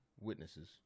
witnesses